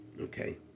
okay